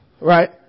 right